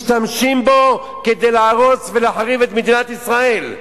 משתמשים בה כדי להרוס ולהחריב את מדינת ישראל,